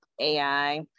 AI